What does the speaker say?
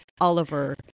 Oliver